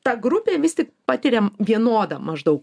ta grupė vis tik patiria vienodą maždaug